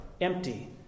empty